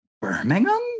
Birmingham